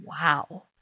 Wow